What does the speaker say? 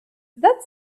that